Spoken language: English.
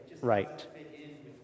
right